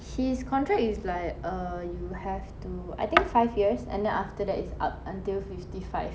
his contract is like err you have to I think five years and then after that it's up until fifty five